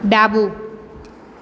ડાબું